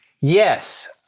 yes